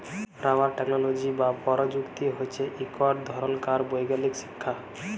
rubber technology বা পরযুক্তি হছে ইকট ধরলকার বৈগ্যালিক শিখ্খা